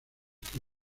que